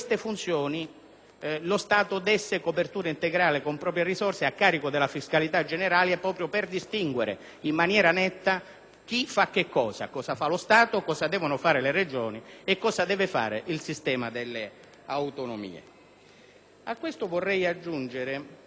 lo Stato desse copertura integrale con proprie risorse a carico della fiscalità generale, proprio per distinguere in maniera netta chi fa o che cosa fa: cosa deve fare lo Stato, cosa devono fare le Regioni e cosa deve fare il sistema delle autonomie. A ciò vorrei anche aggiungere che